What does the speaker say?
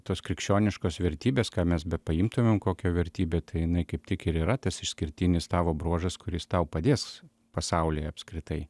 tos krikščioniškos vertybės ką mes bepaimtumėm kokią vertybę tai jinai kaip tik ir yra tas išskirtinis tavo bruožas kuris tau padės pasaulyje apskritai